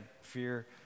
fear